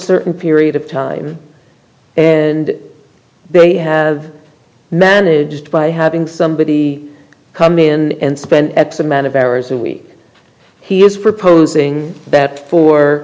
certain period of time and they have managed by having somebody come in and spend at the man of hours a week he is proposing that for